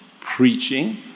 preaching